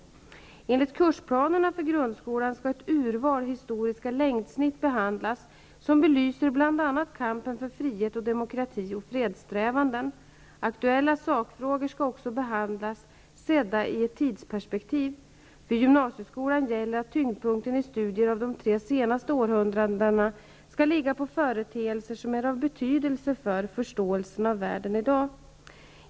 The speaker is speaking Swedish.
Enligt kursplanerna för grundskolan skall ett ur val historiska längdsnitt behandlas, som belyser bl.a. kampen för frihet och demokrati och freds strävanden. Aktuella sakfrågor skall också be handlas sedda i ett tidsperspektiv. För gymnasie skolan gäller att tyngdpunkten i studier av de tre senaste århundradena skall ligga på företeelser som är av betydelse för förståelsen av världen i dag.